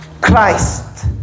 Christ